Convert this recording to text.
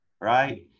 right